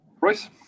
Royce